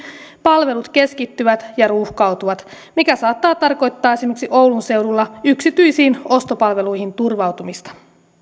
palvelut keskittyvät ja ruuhkautuvat mikä saattaa tarkoittaa esimerkiksi oulun seudulla yksityisiin ostopalveluihin turvautumista